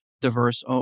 diverse